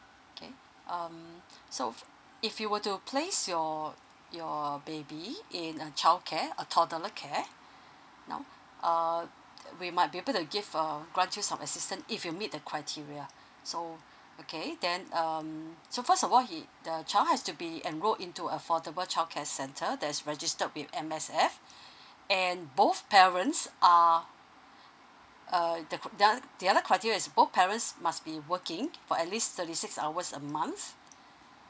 okay um so fo~ if you were to place your your baby in a childcare a toddler care now uh we might be able to give uh grant you some assistant if you meet the criteria so okay then um so first of all he the child has to be enrolled into affordable childcare center that is registered with M_S_F and both parents are err the oth~ the other criteria is both parents must be working for at least thirty six hours a month